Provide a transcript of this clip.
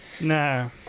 no